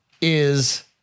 is-